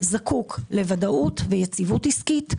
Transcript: זקוק לוודאות ויציבות עסקית,